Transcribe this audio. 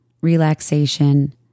relaxation